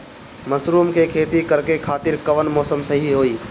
Mushroom के खेती करेके खातिर कवन मौसम सही होई?